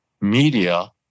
media